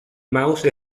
mouse